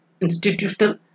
institutional